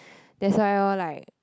that's why loh like